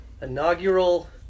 Inaugural